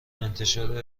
انتشار